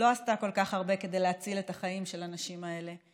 לא עשתה כל כך הרבה כדי להציל את החיים של הנשים האלה.